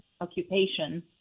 occupation